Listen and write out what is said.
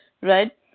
right